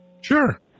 Sure